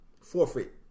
forfeit